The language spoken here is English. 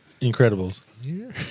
Incredibles